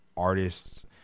Artists